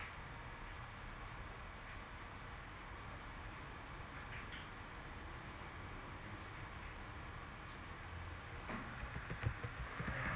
I